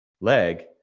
leg